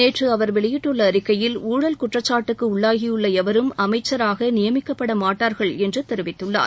நேற்று அவர் வெளியிட்ட அறிக்கையில் ஊழல் குற்றச்சாட்டுக்கு உள்ளாகியுள்ள எவரும் அமைச்சராக நியமிக்கப்படமாட்டார்கள் என்று தெரிவித்துள்ளார்